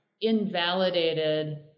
invalidated